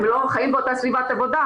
הם לא חיים באותה סביבת עבודה.